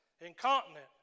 Incontinent